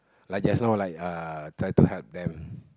like just now like try to help them